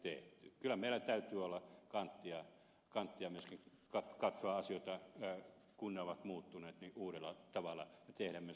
kyllä meillä täytyy olla kanttia myöskin katsoa asioita kun ne ovat muuttuneet uudella tavalla ja tehdä myös uusia päätöksiä